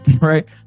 right